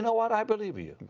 what? i believe you!